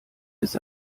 ist